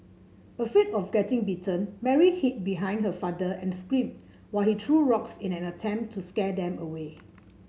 afraid of getting bitten Mary hid behind her father and screamed while he threw rocks in an attempt to scare them away